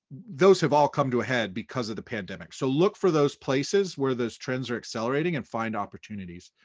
those have all come to a head because of the pandemic. so look for those places where those trends are accelerating and find opportunities.